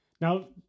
Now